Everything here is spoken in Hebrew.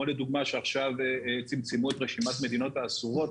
עכשיו צמצמו את רשימת המדינות האסורות,